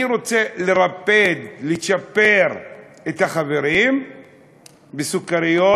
אני רוצה לרפד, לצ'פר את החברים בסוכריות,